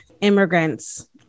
immigrants